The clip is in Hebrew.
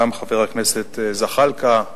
גם חבר הכנסת זחאלקה,